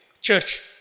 church